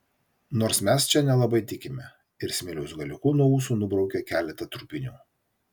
nors mes čia nelabai tikime ir smiliaus galiuku nuo ūsų nubraukė keletą trupinių